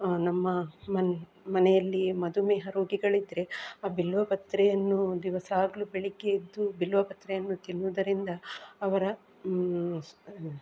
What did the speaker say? ನಮ್ಮ ಮನೆ ಮನೆಯಲ್ಲಿಯೇ ಮಧುಮೇಹ ರೋಗಿಗಳಿದ್ದರೆ ಆ ಬಿಲ್ವಪತ್ರೆಯನ್ನು ದಿವಸಾಗ್ಲು ಬೆಳಿಗ್ಗೆ ಎದ್ದು ಬಿಲ್ವಪತ್ರೆಯನ್ನು ತಿನ್ನುವುದರಿಂದ ಅವರ ಸ್